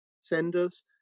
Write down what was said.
senders